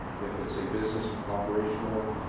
if it's a business operational,